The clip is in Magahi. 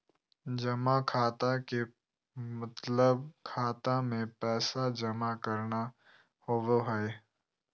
जमा खाता के मतलब खाता मे पैसा जमा करना होवो हय